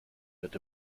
wird